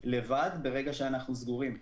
לבד ברגע שאנחנו סגורים.